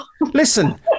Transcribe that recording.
Listen